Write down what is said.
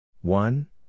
one